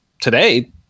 today